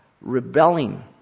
rebelling